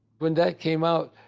when that came out,